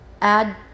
add